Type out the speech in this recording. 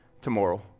tomorrow